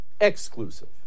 exclusive